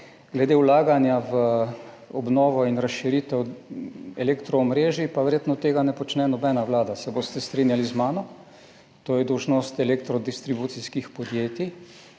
Glede vlaganja v obnovo in razširitev elektro omrežij, tega verjetno ne počne nobena vlada, se boste strinjali z mano, to je dolžnost elektrodistribucijskih podjetij.